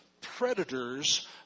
predators